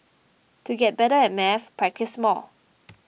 to get better at maths practise more